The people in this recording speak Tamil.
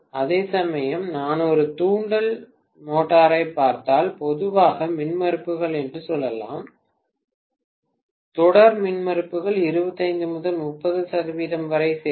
அதேசமயம் நான் ஒரு தூண்டல் மோட்டாரைப் பார்த்தால் பொதுவாக மின்மறுப்புகள் என்று சொல்லலாம் தொடர் மின்மறுப்புகள் 25 முதல் 30 சதவீதம் வரை சேர்க்கும்